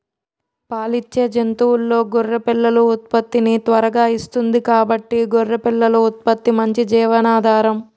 పాలిచ్చే జంతువుల్లో గొర్రె పిల్లలు ఉత్పత్తిని త్వరగా ఇస్తుంది కాబట్టి గొర్రె పిల్లల ఉత్పత్తి మంచి జీవనాధారం